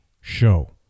show